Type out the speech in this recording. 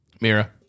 Mira